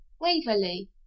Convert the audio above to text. Waverley